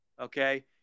Okay